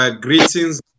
greetings